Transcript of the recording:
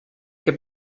que